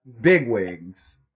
bigwigs